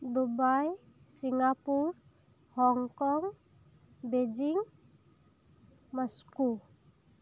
Dubai Singapore Hong Kong Beijing Moscow